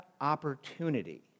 opportunity